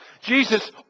Jesus